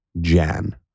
Jan